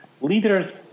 leaders